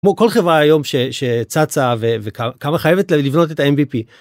כמו כל חברה היום שצצה וקמה חייבת לבנות את ה MVP.